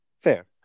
fair